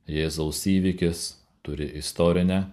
jėzaus įvykis turi istorinę